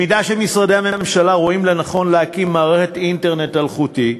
אם משרדי הממשלה רואים לנכון להקים מערכת אינטרנט אלחוטי,